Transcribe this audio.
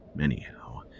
Anyhow